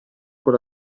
con